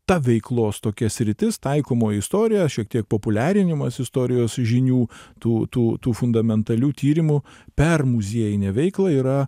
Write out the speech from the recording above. ta veiklos tokia sritis taikomoji istorija šiek tiek populiarinimas istorijos žinių tų tų tų fundamentalių tyrimų per muziejinę veiklą yra